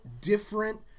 different